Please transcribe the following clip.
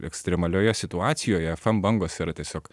ekstremalioje situacijoje fm bangos yra tiesiog